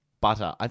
butter